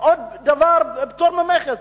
עוד דבר פטור ממכס.